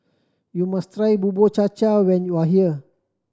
you must try Bubur Cha Cha when you are here